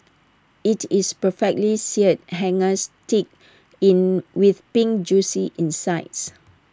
IT is perfectly seared hangers steak in with pink Juicy insides